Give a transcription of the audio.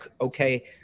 okay